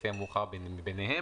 לפי המאוחר מביניהם".